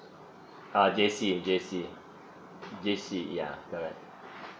uh J_C in J_C J_C yeah correct